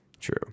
True